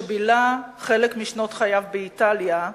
שבילה חלק משנות חייו באיטליה,